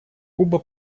куба